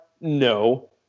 No